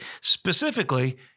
specifically